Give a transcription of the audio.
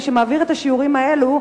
מי שמעביר את השיעורים האלו,